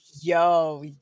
Yo